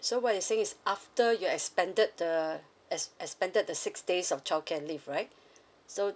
so what you're saying is after you expanded the ex~ expanded the six days of childcare leave right so